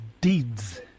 deeds